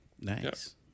Nice